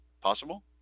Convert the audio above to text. possible